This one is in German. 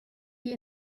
die